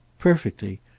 perfectly.